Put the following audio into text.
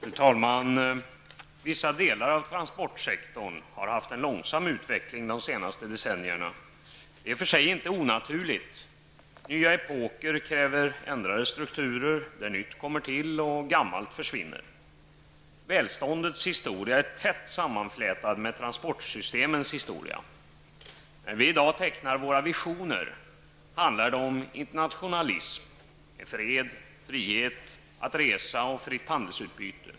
Fru talman! Vissa delar av transportsektorn har haft en långsam utveckling de senaste decennierna. Det är i och för sig inte onaturligt. Nya epoker kräver ändrade strukturer, där nytt kommer till och gammalt försvinner. Välståndets historia är tätt sammanflätad med transportsystemens historia. När vi i dag tecknar våra visioner, handlar det om internationalism — med fred, frihet att resa och fritt handelsutbyte.